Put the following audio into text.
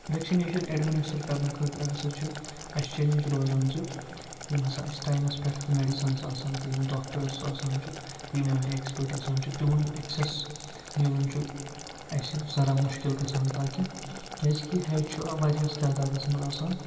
vaccination administer کَرنہٕ خٲطرٕ ہَسا چھِ اَسہِ چٮ۪لینٛج روزان زِ یِم ہَسا اَسہِ ٹایمَس پٮ۪ٹھ تہٕ مٮ۪ڈِسَنٕز آسَن تہٕ یِم ڈاکٹٲرٕس آسان چھُ تہٕ یِم اَمِکۍ اٮ۪کٕسپٲٹ آسان چھِ تِہُنٛد اٮ۪کسٮ۪س مِلُن چھُ اَسہِ ذرا مُشکِل گَژھان تاکہِ کیٛازکہِ ہیچ چھُ واریاہَس تعدادَس مَنٛز آسان